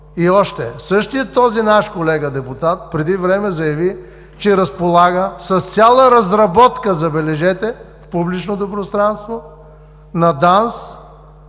И още. Същият този наш колега депутат преди време заяви, че разполага с цяла разработка – забележете, в публичното пространство – на ДАНС,